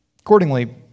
accordingly